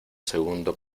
segundo